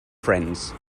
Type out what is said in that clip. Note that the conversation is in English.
friends